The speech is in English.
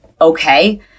okay